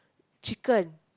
chicken